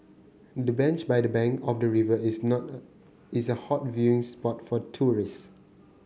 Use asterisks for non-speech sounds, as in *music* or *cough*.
the bench by the bank of the river is *unintelligible* is a hot viewing spot for tourists